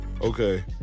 Okay